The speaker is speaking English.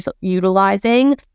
utilizing